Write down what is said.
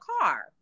car